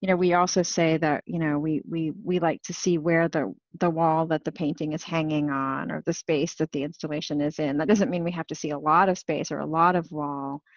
you know we also say that you know we we like to see where the the wall that the painting is hanging on or the space that the installation is in. that doesn't mean we have to see a lot of space or a lot of wall.